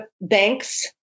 banks